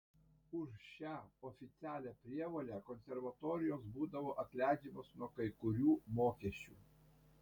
už šią oficialią prievolę konservatorijos būdavo atleidžiamos nuo kai kurių mokesčių